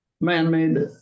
man-made